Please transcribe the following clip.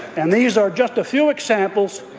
and these are just a few examples,